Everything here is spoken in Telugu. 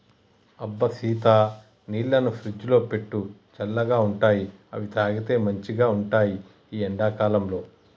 అబ్బ సీత నీళ్లను ఫ్రిజ్లో పెట్టు చల్లగా ఉంటాయిఅవి తాగితే మంచిగ ఉంటాయి ఈ ఎండా కాలంలో